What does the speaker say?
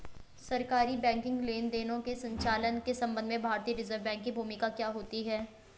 सरकारी बैंकिंग लेनदेनों के संचालन के संबंध में भारतीय रिज़र्व बैंक की भूमिका क्या होती है?